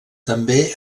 també